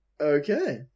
Okay